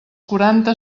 quaranta